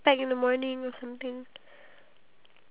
ya true me too